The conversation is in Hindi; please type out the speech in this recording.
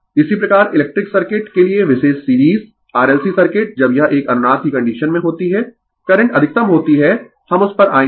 इसी प्रकार इलेक्ट्रिक सर्किट के लिए विशेष सीरीज RLC सर्किट जब यह एक अनुनाद की कंडीशन में होती है करंट अधिकतम होती है हम उस पर आयेंगें